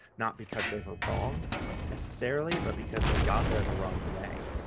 not because they were wrong necessarily, but because they got there the wrong way.